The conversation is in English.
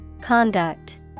Conduct